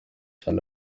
cyane